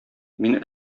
мин